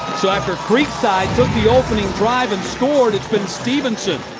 so after creekside put the opening drive and scored, it's been stephenson.